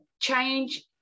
change